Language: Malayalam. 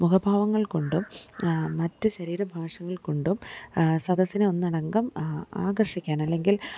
മുഖഭാവങ്ങൾ കൊണ്ടും മറ്റ് ശരീരഭാഷകൾ കൊണ്ടും സദസ്സിനെ ഒന്നടങ്കം ആകർഷിക്കാൻ അല്ലെങ്കിൽ